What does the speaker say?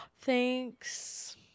thanks